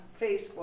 Facebook